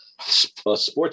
Sports